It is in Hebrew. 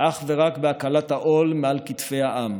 אך ורק בהקלת העול מעל כתפי העם,